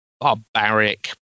barbaric